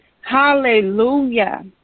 Hallelujah